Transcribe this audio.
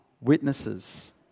witnesses